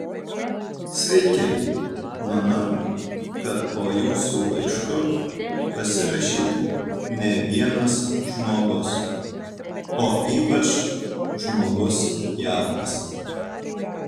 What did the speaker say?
sveiki manau kad po jūsų laišku pasirašytų ne vienas žmogus o ypač žmogus jaunas